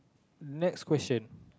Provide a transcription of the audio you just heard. next question